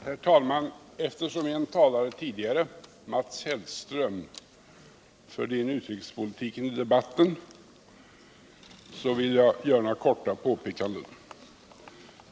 Herr talman! Eftersom en tidigare talare, Mats Hellström, förde in utrikespolitiken i debatten vill jag göra några korta påpekanden.